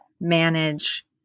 manage